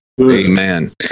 Amen